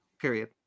Period